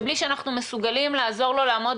ובלי שאנחנו מסוגלים לעזור לו לעמוד